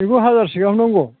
बेखौ हाजारसे गाहाम नांगौ